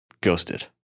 Ghosted